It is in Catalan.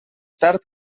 tard